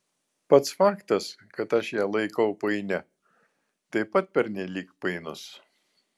pats faktas kad aš ją laikau painia taip pat pernelyg painus